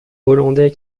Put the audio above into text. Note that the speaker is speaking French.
hollandais